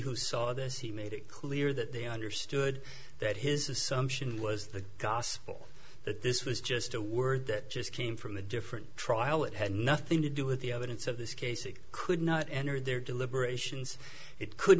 who saw this he made it clear that they understood that his assumption was the gospel that this was just a word that just came from a different trial it had nothing to do with the evidence of this case it could not enter their deliberations it could